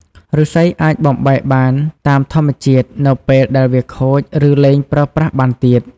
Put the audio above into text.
ឫស្សីអាចបំបែកបានតាមធម្មជាតិនៅពេលដែលវាខូច ឬលែងប្រើប្រាស់បានទៀត។